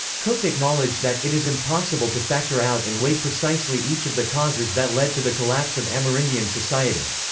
cook acknowledged that it is impossible to factor out and weigh precisely each of the causes that led to the collapse of amerindian society.